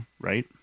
right